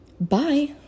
Bye